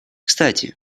кстати